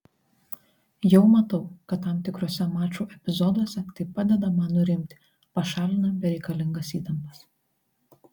jau matau kad tam tikruose mačų epizoduose tai padeda man nurimti pašalina bereikalingas įtampas